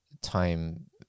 time